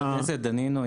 חבר הכנסת דנינו,